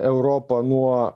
europą nuo